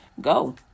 Go